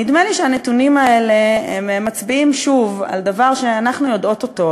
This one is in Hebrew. נדמה לי שהנתונים האלה מצביעים שוב על דבר שאנחנו יודעות אותו,